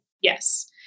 Yes